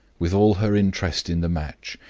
with all her interest in the match,